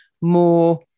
more